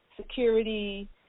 security